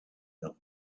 have